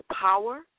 power